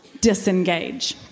disengage